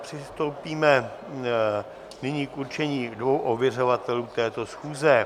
Přistoupíme nyní k určení dvou ověřovatelů této schůze.